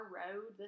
road